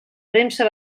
premsa